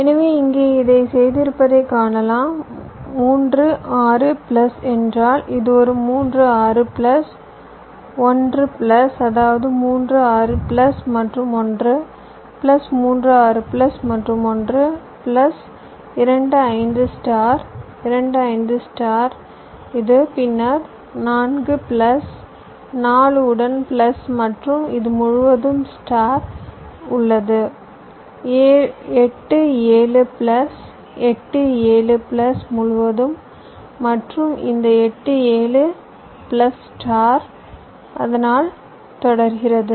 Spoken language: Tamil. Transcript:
எனவே இங்கே இதைச் செய்திருப்பதைக் காணலாம் 3 6 பிளஸ் என்றால் இது ஒரு 3 6 பிளஸ் 1 பிளஸ் அதாவது 3 6 பிளஸ் மற்றும் 1 பிளஸ் 3 6 பிளஸ் மற்றும் 1 பிளஸ் 2 5 ஸ்டார் 2 5 ஸ்டார் இது பின்னர் 4 பிளஸ் 4 உடன் பிளஸ் மற்றும் இது முழுவதும் ஸ்டார் உள்ளது 8 7 பிளஸ் 8 7 பிளஸ் முழுவதும் மற்றும் இந்த 8 7 பிளஸ் ஸ்டார் அது தொடர்கிறது